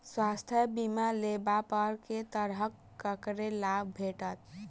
स्वास्थ्य बीमा लेबा पर केँ तरहक करके लाभ भेटत?